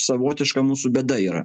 savotiška mūsų bėda yra